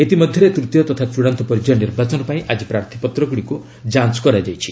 ଇତିମଧ୍ୟରେ ତୃତୀୟ ତଥା ଚୂଡ଼ାନ୍ତ ପର୍ଯ୍ୟାୟ ନିର୍ବାଚନ ପାଇଁ ଆକି ପ୍ରାର୍ଥୀପତ୍ରଗୁଡ଼ିକୁ ଯାଞ୍ଚ କରାଯାଇଛି